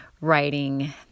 writing